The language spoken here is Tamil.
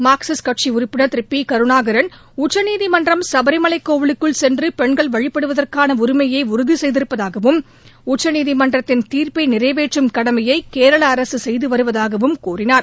மார்க்சிஸ்ட் கட்சி உறுப்பினர் திரு பி கருணாகருன் உச்சநீதிமன்றம் சபரிபலை கோவிலுக்குள் சென்று பெண்கள் வழிபடுவதற்கான உரிமையை உறுதி செய்திருப்பதாகவும் உச்சநீதிமன்றத்தின் தீர்ப்பை நிறைவேற்றும் கடமையை கேரளா அரசு செய்து வருவதாகவும் கூறினார்